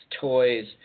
toys